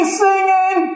singing